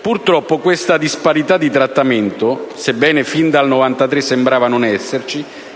Purtroppo questa disparità di trattamento, che a partire dal 1993 sembrava non esserci,